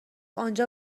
آنجا